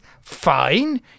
fine